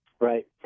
Right